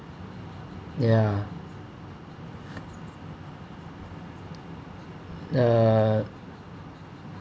ya uh